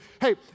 hey